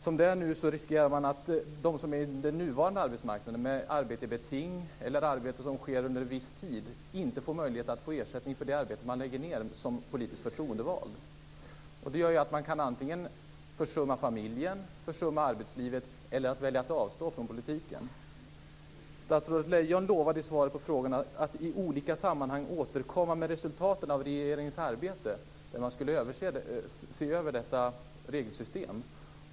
Som det är nu riskerar människor på den nuvarande arbetsmarknaden, med arbete på beting eller arbete som sker under viss tid, att inte få ersättning för det arbete som man lägger ned som politiskt förtroendevald. Det gör att man antingen kan försumma familjen, försumma arbetslivet eller välja att avstå från politiken. Statsrådet Lejon lovade i svaret på frågan att i olika sammanhang återkomma med resultaten av regeringens arbete, där man skulle se över detta regelsystem.